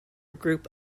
group